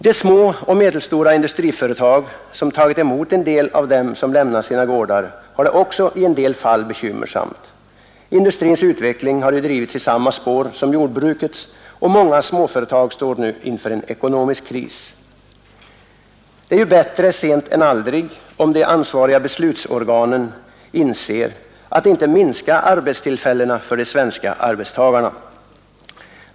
De små och medelstora industriföretag som tagit emot en del av dem som lämnat sina gårdar har det också i en del fall bekymmersamt. Industrins utveckling har ju drivits i samma spår som jordbrukets, och många småföretag står nu inför en ekonomisk kris. Det är ju bättre sent än aldrig, om de ansvariga beslutsorganen inser att det inte duger att minska arbetstillfällena för de svenska arbetstagarna.